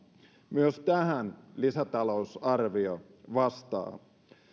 myös tähän lisätalousarvio vastaa